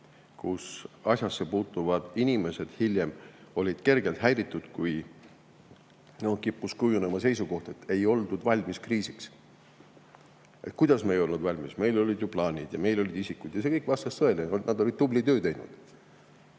Asjasse puutuvad inimesed olid hiljem kergelt häiritud, kui kippus kujunema seisukoht, et ei oldud kriisiks valmis. "Kuidas me ei olnud valmis? Meil olid plaanid ja meil olid isikud!" See kõik vastab tõele ja nad olid tubli töö ära teinud.